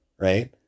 Right